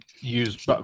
use